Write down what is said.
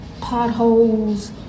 potholes